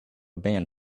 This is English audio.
band